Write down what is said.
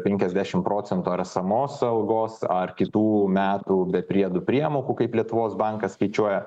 penkiasdešim procentų ar esamos algos ar kitų metų be priedų priemokų kaip lietuvos bankas skaičiuoja